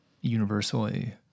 universally